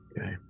Okay